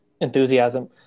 enthusiasm